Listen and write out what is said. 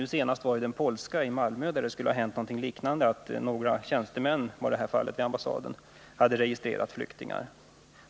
Nu senast var det fråga om den polska ambassaden i Malmö, där något liknande hänt. I det fallet hade några tjänstemän vid ambassaden registrerat flyktingar.